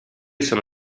sono